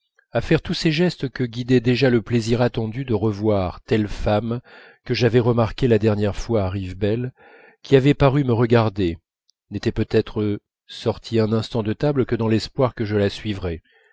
à faire tous ces gestes que guidait déjà le plaisir attendu de revoir cette femme que j'avais remarquée la dernière fois à rivebelle qui avait paru me regarder n'était peut-être sortie un instant de table que dans l'espoir que je la suivrais